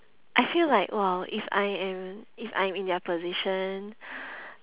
I feel like !wah! if I am if I'm in their position